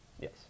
Yes